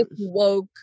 woke